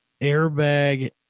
airbag